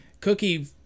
Cookie